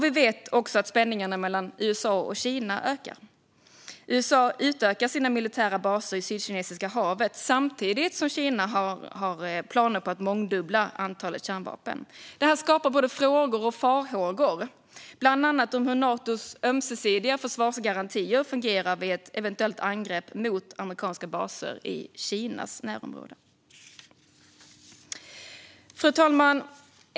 Vi vet också att spänningarna mellan USA och Kina ökar. USA utökar sina militära baser i Sydkinesiska havet samtidigt som Kina har planer på att mångdubbla antalet kärnvapen. Det skapar frågor och farhågor, bland annat om hur Natos ömsesidiga försvarsgarantier fungerar vid ett eventuellt angrepp mot amerikanska baser i Kinas närområde. Fru talman!